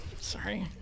Sorry